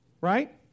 Right